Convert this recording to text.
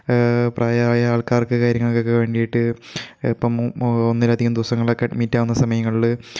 പ്രായമായ ആൾക്കാർക്ക് കാര്യങ്ങൾക്കൊക്കെ വേണ്ടിയിട്ട് ഇപ്പം മ് മോ ഒന്നിലധികം ദിവസങ്ങളൊക്കെ അഡ്മിറ്റ് ആകുന്ന സമയങ്ങളിൽ